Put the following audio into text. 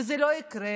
זה לא יקרה,